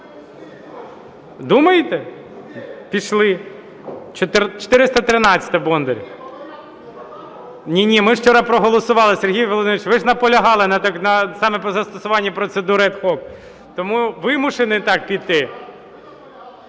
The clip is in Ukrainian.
Думаєте? Пішли. 413-а. Бондарєв. Ні, ні, ми ж вчора проголосували. Сергій Володимирович, ви ж наполягали саме на застосуванні процедури ad hoc. Тому вимушений так піти.